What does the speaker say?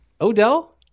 Odell